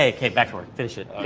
hey. get back to work. finish it,